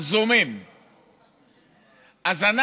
הם גם